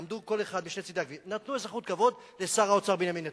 עמדו כל אחד בשני צדי הכביש ונתנו אזרחות כבוד לשר האוצר בנימין נתניהו.